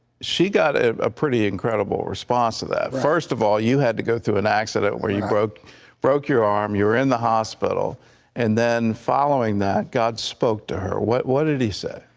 she got a ah pretty incredible response to that. first of all you had to go through an accident where you broke broke your arm. you were in the hospital and then following that, god spoke to her. what what did he say?